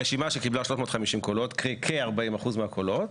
הרשימה שקבלה 350 קולות שהם כ-40% מהקולות,